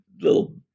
little